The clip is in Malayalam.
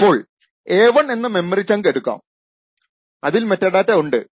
അപ്പോൾ a1 എന്ന മെമ്മറി ചങ്ക് എടുക്കാം അതിൽ മെറ്റാഡാറ്റ ഉണ്ട്